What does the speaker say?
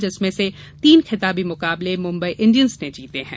जिसमें से तीन खिताबी मुकाबले मुंबई इंडियस ने जीते हैं